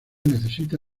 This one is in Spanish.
necesita